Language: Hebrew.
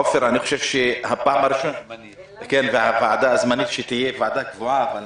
עפר, וגם הוועדה הזמנית שתהיה ועדה קבועה, אבל